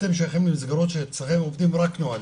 אתם שייכים למסגרות שאצלכם עובדים רק נהלים.